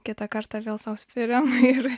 kitą kartą vėl sau spiriam ir